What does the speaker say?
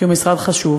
כי הוא משרד חשוב,